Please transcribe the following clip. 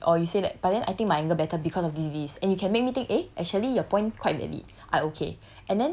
but then I tried already or you say that but then I think my angle better because of this this and you can make me think eh actually your point quite valid